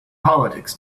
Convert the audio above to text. politics